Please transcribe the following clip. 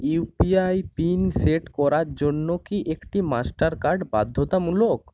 UPI PIN set করার জন্য কি একটি মাস্টার কার্ড বাধ্যতামূলক